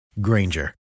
Granger